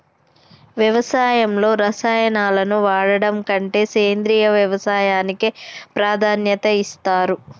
వ్యవసాయంలో రసాయనాలను వాడడం కంటే సేంద్రియ వ్యవసాయానికే ప్రాధాన్యత ఇస్తరు